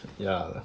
ya